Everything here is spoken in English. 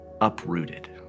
uprooted